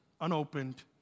unopened